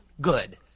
good